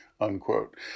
unquote